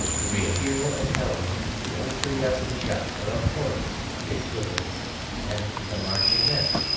the real hero and heroine of the old curiosity shop are of course dick swiveller and the marchioness.